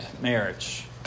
marriage